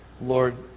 Lord